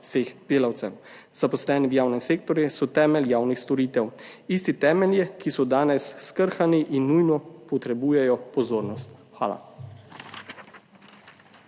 vseh delavcev. Zaposleni v javnem sektorju so temelj javnih storitev, tisti temelji, ki so danes skrhani in nujno potrebujejo pozornost. Hvala.